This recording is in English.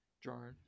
drone